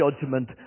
judgment